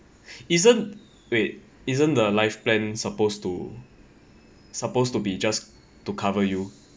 isn't wait isn't the life plan supposed to supposed to be just to cover you